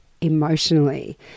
emotionally